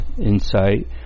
insight